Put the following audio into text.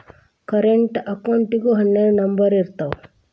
current ಅಕೌಂಟಿಗೂ ಹನ್ನೆರಡ್ number ಇರ್ತಾವ